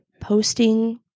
posting